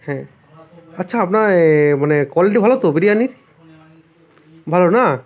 হ্যাঁ আচ্ছা আপনার মানে কোয়ালিটি ভালো তো বিরিয়ানির ভালো না